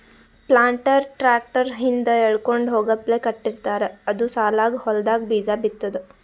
planter tractor ಹಿಂದ್ ಎಳ್ಕೊಂಡ್ ಹೋಗಪ್ಲೆ ಕಟ್ಟಿರ್ತಾರ್ ಅದು ಸಾಲಾಗ್ ಹೊಲ್ದಾಗ್ ಬೀಜಾ ಬಿತ್ತದ್